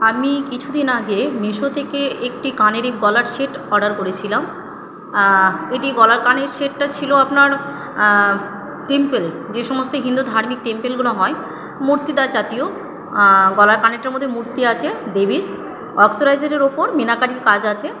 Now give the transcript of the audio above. আমি কিছু দিন আগে মিশো থেকে একটি কানেরের গলার সেট অর্ডার করেছিলাম এটি গলার কানের সেটটা ছিলো আপনার টেম্পেল যেই সমস্ত হিন্দু ধার্মিক টেম্পেলগুনো হয় মূর্তিদার জাতীয় গলার কানেরটার মধ্যে মূর্তি আছে দেবীর অক্সোডাইজারের উপর মীনাকারীর কাজ আছে